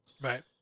Right